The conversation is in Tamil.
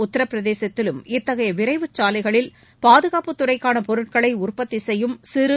உத்தரப்பிரதேசத்திலும் இத்தகைய விவைச் சாலைகளில் பாதுகாப்புத் துறைக்கான பொருட்களை உற்பத்தி செய்யும் சிறு